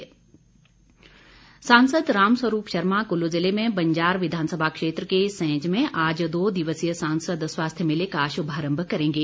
रामस्वरूप शर्मा सांसद रामस्वरूप शर्मा कुल्लू जिले में बंजार विधानसभा क्षेत्र के सैंज में आज दो दिवसीय सांसद स्वास्थ्य मेले का शुभारंभ करेंगे